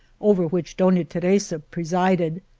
over which dona teresa presided.